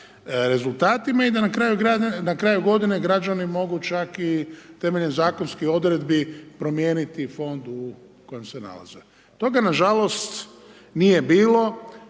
rezultatima i da na kraju godine građani mogu čak i temeljem zakonskih odredbi, promijeniti u fond u kojem se nalaze. Toga nažalost nije bilo